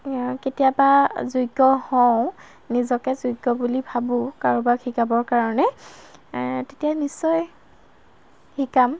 কেতিয়াবা যোগ্য হওঁ নিজকে যোগ্য বুলি ভাবোঁ কাৰোবাক শিকাবৰ কাৰণে তেতিয়া নিশ্চয় শিকাম